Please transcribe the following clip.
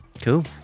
cool